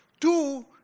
two